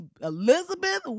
Elizabeth